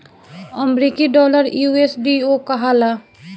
अमरीकी डॉलर यू.एस.डी.ओ कहाला